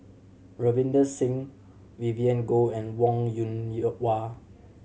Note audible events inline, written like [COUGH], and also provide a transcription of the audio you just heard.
Ravinder Singh Vivien Goh and Wong Yoon [UNINTELLIGIBLE] Wah